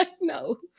No